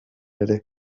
ere